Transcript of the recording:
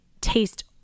taste